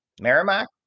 Merrimack